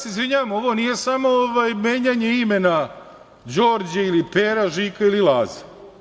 Izvinjavam se, ovo nije samo menjanje imena Đorđe ili Pera, Žika ili Laza.